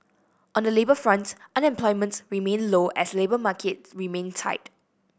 on the labour front unemployment remained low as labour market remained tight